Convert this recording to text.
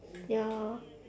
ya